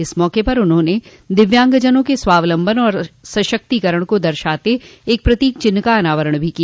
इस मौके पर उन्होंने दिव्यांगजनों के स्वावलम्बन और सशक्तिकरण को दर्शाते एक प्रतीक चिन्ह का अनावरण भी किया